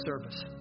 service